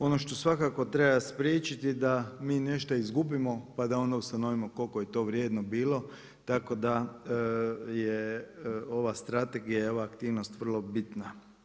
Ono što svakako treba spriječiti da mi nešta izgubimo pa da onda ustanovimo koliko je to vrijedno bilo tako da je ova strategija i ova aktivnost vrlo bitna.